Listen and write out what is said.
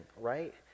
right